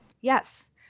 Yes